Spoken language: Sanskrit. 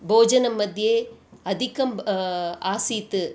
भोजनमध्ये अधिकम् आसीत्